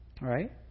Right